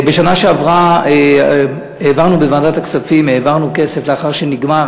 בשנה שעברה העברנו בוועדת הכספים כסף לאחר שנגמר,